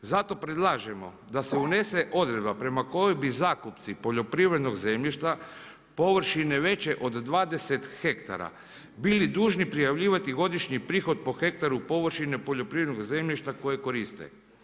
Zato predlažemo da se unese odredba prema kojoj bi zakupci poljoprivrednog zemljišta površine veće od 20 hektara bili dužni prijavljivati godišnji prihod po hektaru površine poljoprivrednog zemljišta koje koriste.